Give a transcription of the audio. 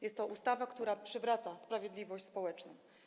Jest to ustawa, która przywraca sprawiedliwość społeczną.